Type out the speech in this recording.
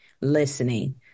listening